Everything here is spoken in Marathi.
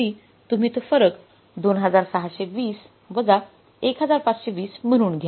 शेवटी तुम्ही तो फरक 2620 वजा 1520 म्हणून घ्या